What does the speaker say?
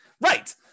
Right